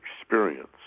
experience